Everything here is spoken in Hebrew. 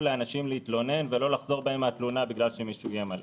לאנשים להתלונן ולא לחזור בהם מהתלונה בגלל שמישהו איים עליהם.